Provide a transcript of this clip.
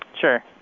Sure